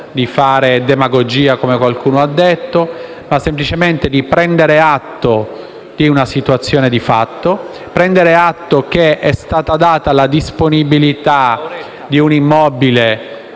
di fare demagogia, come qualcuno ha detto, ma semplicemente di prendere atto di una situazione di fatto e che la Regione Lombardia ha dato la disponibilità di un immobile,